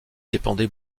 dépendait